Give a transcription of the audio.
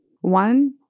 One